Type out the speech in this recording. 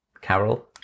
Carol